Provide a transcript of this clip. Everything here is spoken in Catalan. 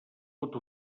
pot